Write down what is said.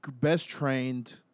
best-trained